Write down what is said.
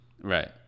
Right